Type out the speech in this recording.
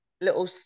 little